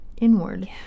inward